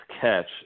catch